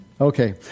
Okay